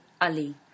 Ali